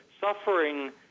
suffering